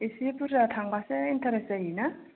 इसे बुरजा थांबासो इन्टारेस्ट जायोना